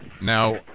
Now